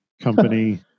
company